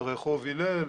רחוב הלל,